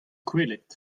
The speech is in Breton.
kwelet